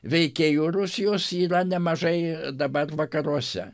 veikėjų rusijos yra nemažai dabar vakaruose